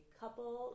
couple